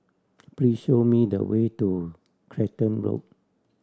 please show me the way to Clacton Road